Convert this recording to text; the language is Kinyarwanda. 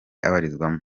abarizwamo